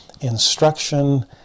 Instruction